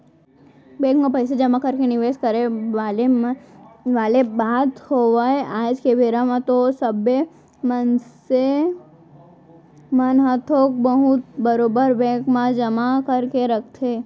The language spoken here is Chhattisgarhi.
बेंक म पइसा जमा करके निवेस करे वाले बात होवय आज के बेरा म तो सबे मनसे मन ह थोक बहुत बरोबर बेंक म जमा करके रखथे